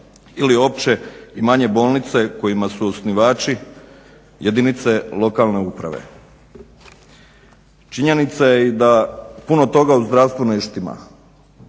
ili opće i manje bolnice kojima su osnivači jedinice lokalne uprave. Činjenica je da i puno toga u zdravstvu ne štima.